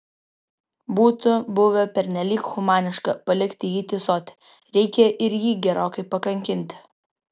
būtų buvę pernelyg humaniška palikti jį tįsoti reikia ir jį gerokai pakankinti